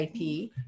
IP